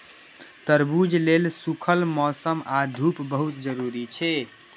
तरबूज लेल सूखल मौसम आ धूप बहुत जरूरी छै